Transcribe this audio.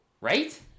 Right